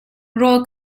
rawl